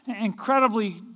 incredibly